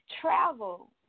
travel